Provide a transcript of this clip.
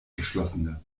geschlossene